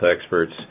experts